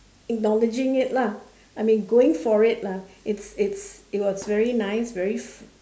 acknowledging it lah I mean going for it lah it's it's it was very nice very